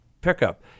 pickup